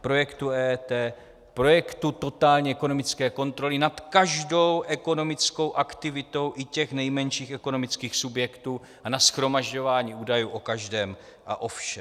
Projektu EET, projektu totální ekonomické kontroly nad každou ekonomickou aktivitou i těch nejmenších ekonomických subjektů a na shromažďování údajů o každém a o všem.